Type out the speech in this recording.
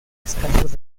escasos